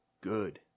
good